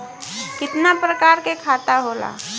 कितना प्रकार के खाता होला?